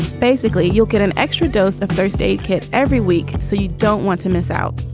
basically, you'll get an extra dose of first aid kit every week so you don't want to miss out.